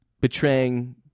betraying